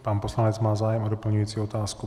Pan poslanec má zájem o doplňující otázku.